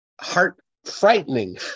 heart-frightening